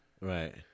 Right